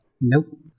Nope